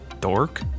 dork